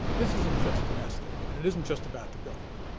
this isn't just domestic, and it isn't just about the government.